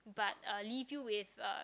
but uh leave you with uh